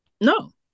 no